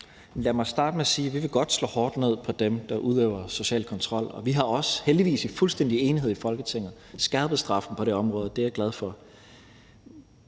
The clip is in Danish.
Lad mig starte med at sige, at vi godt vil slå hårdt ned på dem, der udøver social kontrol, og vi har også, heldigvis i fuldstændig enighed i Folketinget, skærpet straffen på det område, og det er jeg glad for.